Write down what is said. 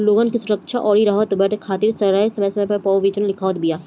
लोगन के सुरक्षा अउरी राहत देवे खातिर सरकार समय समय पअ योजना लियावत बिया